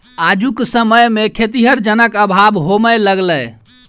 आजुक समय मे खेतीहर जनक अभाव होमय लगलै